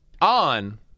on